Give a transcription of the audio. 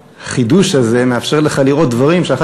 החידוש הזה מאפשר לך לראות דברים שאחר